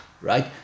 right